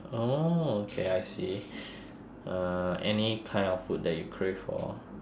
oh okay I see uh any kind of food that you crave for